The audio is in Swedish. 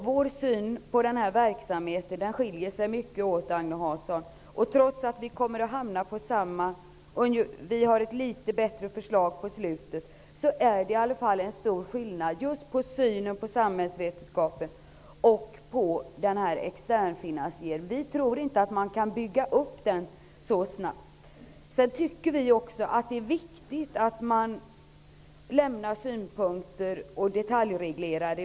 Vår syn på denna verksamhet skiljer sig mycket, Agne Hansson. Trots att vi kommer att hamna på samma resultat -- vi har ett litet bättre förslag i sluttampen -- är det i alla fall en stor skillnad, just när det gäller synen på samhällsvetenskap och på externfinansiering. Vi tror inte att man kan bygga upp verksamheten så snabbt. Det är viktigt att man lämnar synpunkter och ibland detaljreglerar.